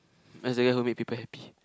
as the guy who made people happy